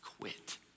quit